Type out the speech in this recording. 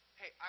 hey